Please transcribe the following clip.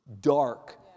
dark